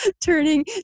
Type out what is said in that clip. turning